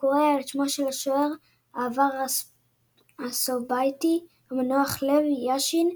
והוא קרוי על שמו של שוער העבר הסובייטי המנוח לב יאשין,